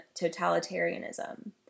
totalitarianism